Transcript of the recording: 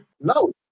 No